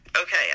okay